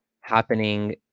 happening